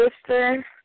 sister